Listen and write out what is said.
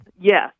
yes